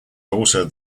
also